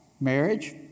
marriage